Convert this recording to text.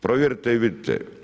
Provjerite i vidite.